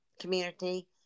community